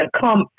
come